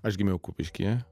aš gimiau kupiškyje